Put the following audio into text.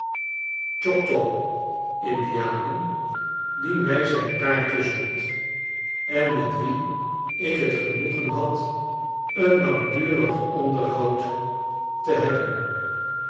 zond en met wien ik het genoegen had een langdurig onderhoud te hebben